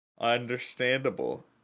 Understandable